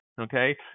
Okay